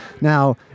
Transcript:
Now